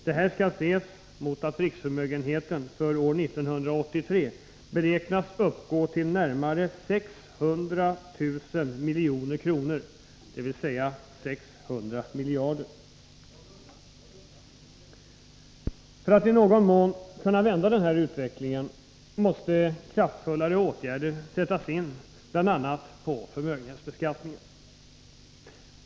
Det skall ses mot att riksförmögenheten för år 1983 beräknas uppgå till närmare 600 000 milj.kr., dvs. 600 miljarder kronor. För att i någon mån kunna vända denna utveckling måste kraftfullare åtgärder sättas in bl.a. på förmögenhetsbeskattningens område.